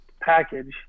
package